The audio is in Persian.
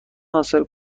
حاصل